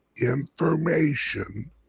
information